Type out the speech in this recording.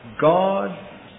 God